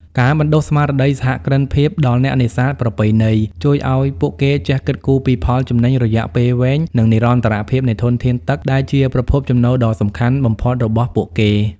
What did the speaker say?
ការបណ្តុះស្មារតីសហគ្រិនភាពដល់អ្នកនេសាទប្រពៃណី ជួយឱ្យពួកគេចេះគិតគូរពីផលចំណេញរយៈពេលវែង និងនិរន្តរភាពនៃធនធានទឹកដែលជាប្រភពចំណូលដ៏សំខាន់បំផុតរបស់ពួកគេ។